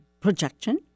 projection